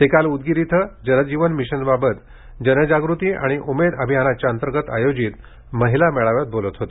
ते काल उदगीर इथे जल जीवन मिशन बाबत जनजागृती आणि उमेद अभियाना अंतर्गत आयोजित महिला मेळाव्यात बोलत होते